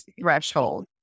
threshold